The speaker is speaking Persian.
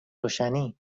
روشنی